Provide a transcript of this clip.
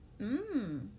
Mmm